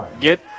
get